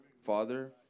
Father